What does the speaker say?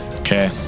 Okay